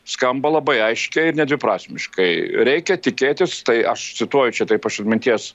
skamba labai aiškiai ir nedviprasmiškai reikia tikėtis tai aš cituoju čia taip iš atminties